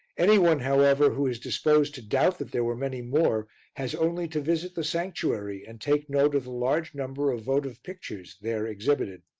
any one, however, who is disposed to doubt that there were many more has only to visit the sanctuary and take note of the large number of votive pictures there exhibited.